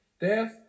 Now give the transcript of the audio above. Death